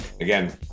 Again